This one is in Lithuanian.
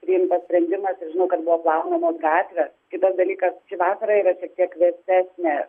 priimtas sprendimas ir žinau kad buvo plaunamos gatvės kitas dalykas ši vasara yra šiek tiek vėsesnė